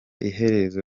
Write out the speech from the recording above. iherezo